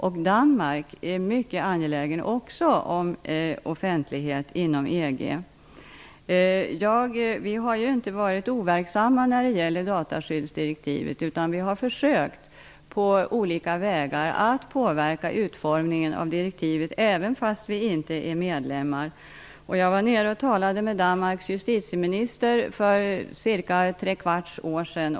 I Danmark är man också mycket angelägen om offentlighet inom EG. Vi har inte varit overksamma i fråga om dataskyddsdirektivet. Vi har försökt att på olika vägar påverka utformningen av direktivet fastän vi inte är medlemmar. Jag var och talade med Danmarks justitieminister för cirka tre kvarts år sedan.